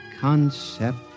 concept